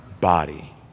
body